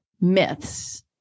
myths